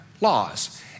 laws